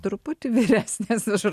truputį vyresnės už